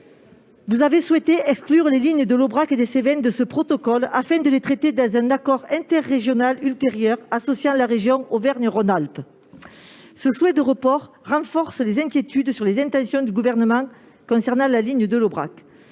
vous avez souhaité exclure les lignes de l'Aubrac et des Cévennes de ce protocole afin de les traiter dans un accord interrégional ultérieur associant la région Auvergne-Rhône-Alpes. Le souhait d'un tel report renforce les inquiétudes sur les intentions du Gouvernement concernant la ligne de l'Aubrac.